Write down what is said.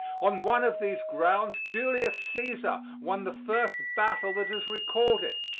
on one of these grounds julius caesar won the first battle that is recorded.